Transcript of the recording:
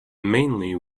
mainly